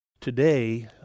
today